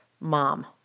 mom